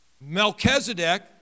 Melchizedek